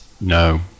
No